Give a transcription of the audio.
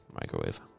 Microwave